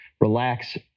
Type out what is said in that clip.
relax